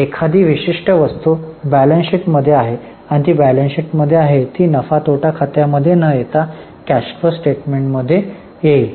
एखादी विशिष्ट वस्तू बॅलन्स शीट मध्ये आहे आणि ती बॅलन्स शीट मध्ये आहे ती नफा आणि तोटा खात्यामध्ये न येता कॅश फ्लो स्टेटमेंट मध्ये येईल